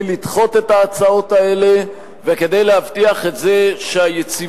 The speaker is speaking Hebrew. לדחות את ההצעות האלה וכדי להבטיח שהיציבות,